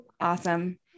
Awesome